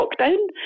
lockdown